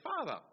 father